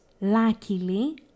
luckily